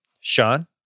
Sean